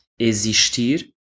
existir